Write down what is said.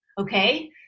Okay